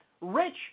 rich